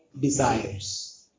desires